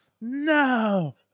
no